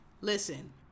listen